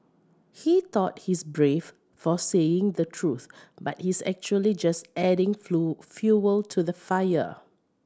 he thought he's brave for saying the truth but he's actually just adding flew fuel to the fire